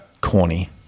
corny